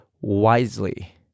wisely